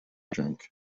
drink